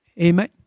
Amen